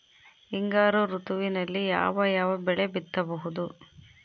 ಹಿಂಗಾರು ಋತುವಿನಲ್ಲಿ ಯಾವ ಯಾವ ಬೆಳೆ ಬಿತ್ತಬಹುದು?